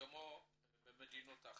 כמו במדינות אחרות,